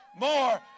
more